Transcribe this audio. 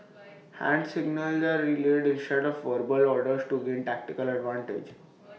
hand signals are relayed instead of verbal orders to gain tactical advantage